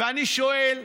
ואני שואל: